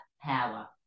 power